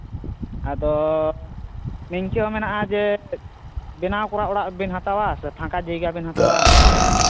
ᱟᱫᱚ ᱱᱤᱝᱠᱟᱹ ᱦᱚᱸ ᱢᱮᱱᱟᱜᱼᱟ ᱡᱮ ᱵᱮᱱᱟᱣ ᱠᱚᱨᱟ ᱚᱲᱟᱜ ᱵᱮᱱ ᱦᱟᱛᱟᱣᱟ ᱥᱮ ᱯᱷᱟᱸᱠᱟ ᱡᱟᱭᱜᱟ ᱵᱮᱱ ᱦᱟᱛᱟᱣᱟ